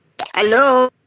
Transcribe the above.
Hello